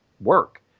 work